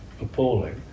appalling